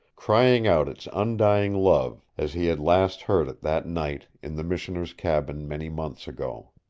crying out its undying love, as he had last heard it that night in the missioner's cabin many months ago.